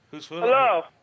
Hello